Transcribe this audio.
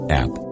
app